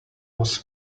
was